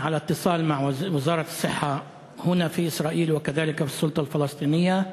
אני בקשר עם משרד הבריאות פה בישראל וכן עם הרשות הפלסטינית.